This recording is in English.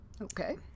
Okay